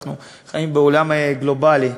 אנחנו חיים בעולם גלובלי,